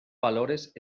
valores